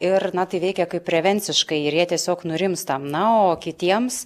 ir na tai veikia kaip prevenciškai ir jie tiesiog nurimstame na o kitiems